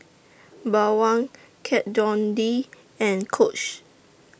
Bawang Kat Von D and Coach